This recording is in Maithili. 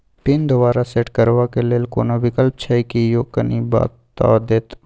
पिन दोबारा सेट करबा के लेल कोनो विकल्प छै की यो कनी बता देत?